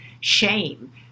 shame